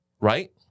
Right